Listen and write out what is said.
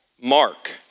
Mark